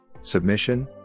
submission